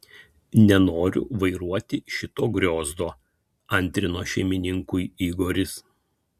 nenoriu vairuoti šito griozdo antrino šeimininkui igoris